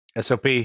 SOP